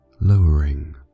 lowering